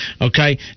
Okay